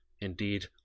Indeed